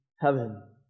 heaven